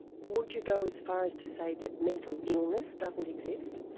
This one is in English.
would you go as far as to say that mental illness doesn't exist?